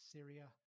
Syria